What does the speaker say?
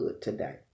today